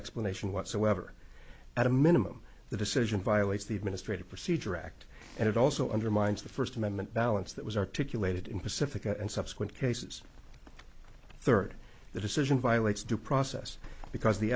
explanation whatsoever at a minimum the decision violates the administrative procedure act and it also undermines the first amendment balance that was articulated in pacifica and subsequent cases third the decision violates due process because the